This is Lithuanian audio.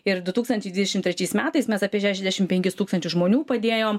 ir du tūkstančiai dvidešim trečiais metais mes apie šešiasdešim penkis tūkstančius žmonių padėjom